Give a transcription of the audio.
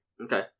Okay